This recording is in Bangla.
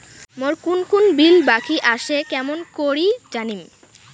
মোর কুন কুন বিল বাকি আসে কেমন করি জানিম?